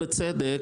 בצדק,